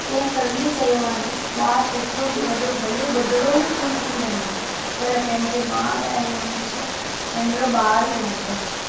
कंहिं कवीअ चयो आहे ॿारु केतिरो बि वॾो भले बुढड़ो ई छो न थी वञे पर पंहिंजे माउ लाइ उहो हमेशा नंढिड़ो ॿार ई रहंदो आहे